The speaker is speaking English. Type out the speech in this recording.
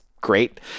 great